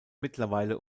mittlerweile